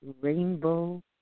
Rainbow